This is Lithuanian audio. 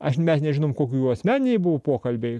aš mes nežinom koki jų asmeniniai buvo pokalbiai